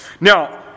Now